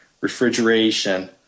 refrigeration